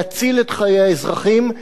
להציל את חיי האזרחים,